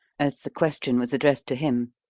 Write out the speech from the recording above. as the question was addressed to him.